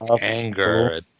anger